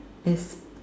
S